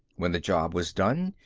when the job was done,